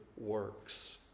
works